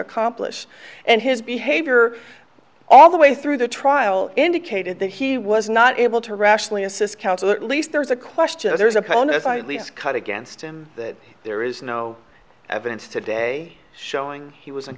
accomplish and his behavior all the way through the trial indicated that he was not able to rationally assist counsel or at least there's a question there's a bonus i cut against him that there is no evidence today showing he was